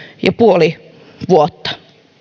pilkku kuusi vuotta